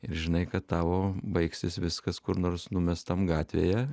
ir žinai kad tavo baigsis viskas kur nors numestam gatvėje